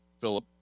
Philip